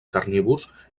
carnívors